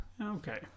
Okay